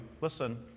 listen